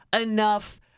enough